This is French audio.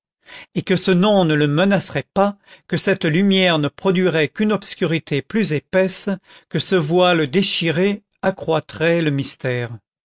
et que ce nom ne le menacerait pas que cette lumière ne produirait qu'une obscurité plus épaisse que ce voile déchiré accroîtrait le mystère